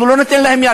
אנחנו לא ניתן להם יד.